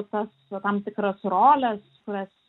tas tam tikras roles kurias